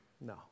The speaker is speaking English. No